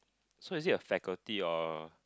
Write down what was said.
so is it a faculty or